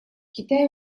китай